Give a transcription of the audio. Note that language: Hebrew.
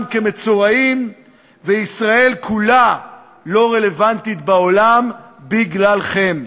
כמצורעים וישראל כולה לא רלוונטית בעולם בגללכם.